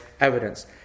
evidence